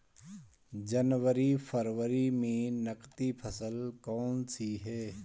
जनवरी फरवरी में नकदी फसल कौनसी है?